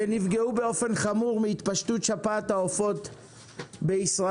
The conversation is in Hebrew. שנפגעו באופן חמור מהתפשטות שפעת העופות בישראל.